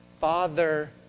Father